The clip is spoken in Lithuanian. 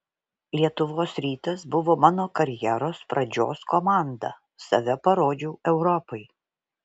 lietuvos rytas buvo mano karjeros pradžios komanda save parodžiau europai